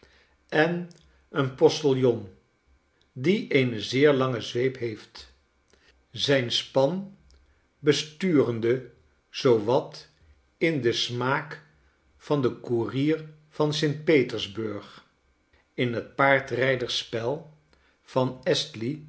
en een postiljon die eene zeer lange zweep heeft zijn span besturende zoo wat in den smaak van den koerier van st petersburg inhetpaardrijdersspel van